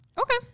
okay